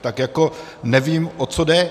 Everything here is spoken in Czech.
Tak jako nevím, o co jde.